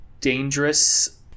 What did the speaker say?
dangerous